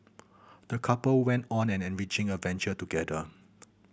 the couple went on an enriching adventure together